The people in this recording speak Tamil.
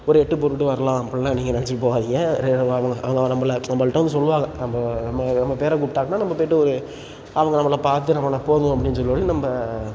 ஒரு எட்டு போட்டுகிட்டு வரலாம் அப்புடில்லாம் நீங்கள் நினைச்சின்னு போகாதீங்க ரெ அவங்க அவங்க நம்மள நம்மள்ட்ட வந்து சொல்லுவாங்க நம்ம நம்ம நம்ம பேரை கூப்பிட்டாங்கன்னா நம்ம போய்விட்டு அவங்க நம்மள பார்த்து நம்மள போதும் அப்படின்னு சொன்னொன்னே நம்ம